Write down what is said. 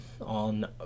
on